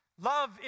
Love